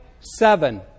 seven